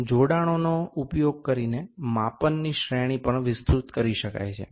જોડાણોનો ઉપયોગ કરીને માપનની શ્રેણી પણ વિસ્તૃત કરી શકાય છે